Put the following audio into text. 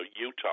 Utah